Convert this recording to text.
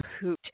hoot